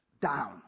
down